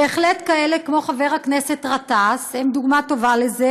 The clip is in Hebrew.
בהחלט כאלה כמו חבר הכנסת גטאס הם דוגמה טובה לזה,